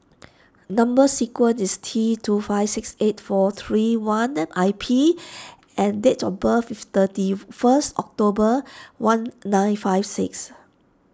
Number Sequence is T two five six eight four three one I P and date of birth is thirty first October one nine five six